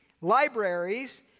libraries